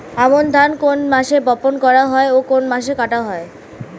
আমন ধান কোন মাসে বপন করা হয় ও কোন মাসে কাটা হয়?